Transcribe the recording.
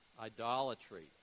idolatry